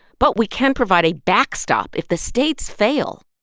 but we can provide a backstop. if the states fail,